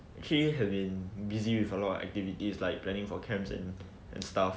~ has been busy with a lot of activities like planning for camps and and stuff